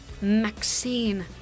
Maxine